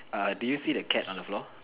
uh do you see the cat on the floor